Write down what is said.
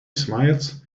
smiles